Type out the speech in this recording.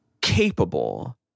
capable